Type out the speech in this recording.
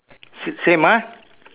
same ah